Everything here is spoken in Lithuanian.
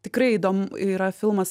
tikrai įdom yra filmas